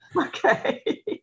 Okay